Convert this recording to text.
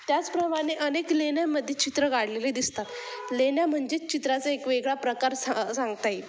त्याचप्रमाणे अनेक लेण्यामध्ये चित्र काढलेले दिसतात लेण्या म्हणजेच चित्राचा एक वेगळा प्रकार स सांगता येईल